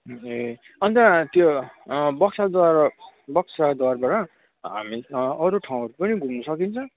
ए अन्त त्यो बक्साद्वार बक्साद्वारबाट हामी अरू ठाउँहरू पनि घुम्न सकिन्छ